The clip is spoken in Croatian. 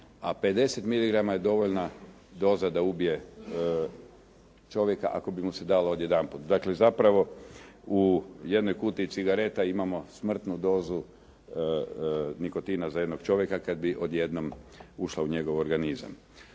a 50 miligrama je dovoljna doza da ubije čovjeka ako bi mu se dalo odjedanput. Dakle zapravo u jednoj kutiji cigareta imamo smrtnu dozu nikotina za jednog čovjeka kad bi odjednom ušla u njegov organizam.